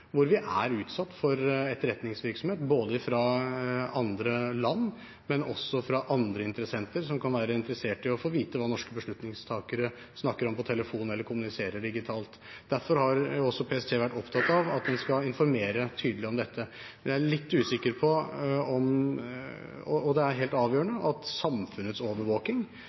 vi er utsatt for etterretningsvirksomhet, både fra andre land og fra andre interessenter, som kan være interessert i å få vite hva norske beslutningstakere snakker om på telefon eller kommuniserer digitalt. Derfor har også PST vært opptatt av at de skal informere tydelig om dette. Det er helt avgjørende at samfunnets overvåking er innenfor de rammene vi skal ha rettssikkerhet rundt. Det